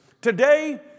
Today